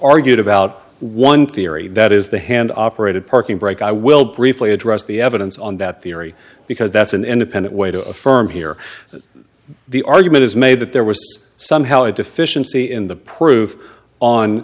argued about one theory that is the hand operated parking brake i will briefly address the evidence on that theory because that's an independent way to affirm here that the argument is made that there was somehow a deficiency in the proof on